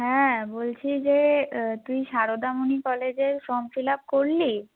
হ্যাঁ বলছি যে তুই সারদামণি কলেজের ফর্ম ফিলাপ করলি